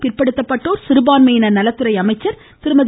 பிற்படுத்தப்பட்டோர் சிறுபான்மையினர் மாநில நலத்துறை அமைச்சர் திருமதி